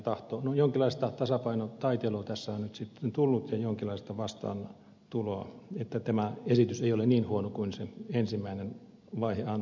no jonkinlaista tasapainotaiteilua tässä on sitten tullut ja jonkinlaista vastaantuloa niin että tämä esitys ei ole niin huono kuin se ensimmäinen vaihe antoi odottaa